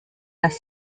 las